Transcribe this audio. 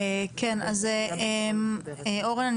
אורן,